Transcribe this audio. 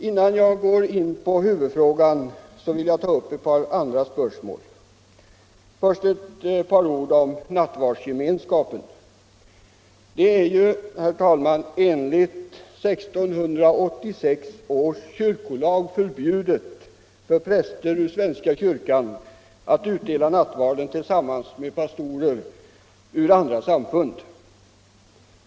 Innan jag går in på huvudfrågan vill jag ta upp ett par andra spörsmål. Först ett par ord om nattvardsgemenskapen. Det är, herr talman, enligt 1686 års kyrkolag förbjudet för präster ur svenska kyrkan att utdela nattvarden tillsammans med pastorer ur andra samfund.